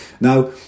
Now